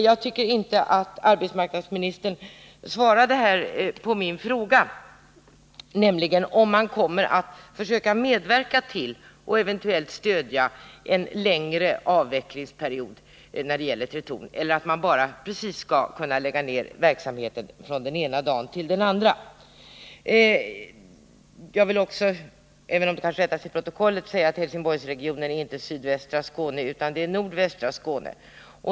Jag tycker därför inte att arbetsmarknadsministern här svarat på min fråga, nämligen om han kommer att försöka medverka till och eventuellt stödja en längre avvecklingsperiod när det gäller Tretorn eller om man bara skall kunna lägga ner verksamheten från den ena dagen till den andra. Jag vill också säga att Helsingborgsregionen inte är sydvästra Skåne utan nordvästra Skåne.